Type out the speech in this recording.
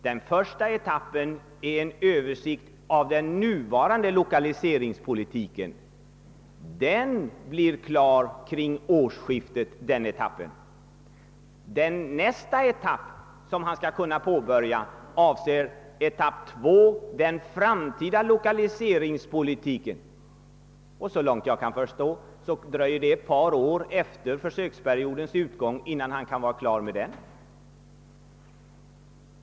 Den första etappen är en översikt av den nuvarande lokaliseringspolitiken, och denna etapp blir klar vid årsskiftet. Nästa etapp avser den framtida lokaliseringspolitiken. Såvitt jag kan förstå dröjer det till ett par år efter försöksperiodens utgång innan den etappen kan vara klar.